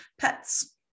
pets